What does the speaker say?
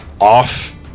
off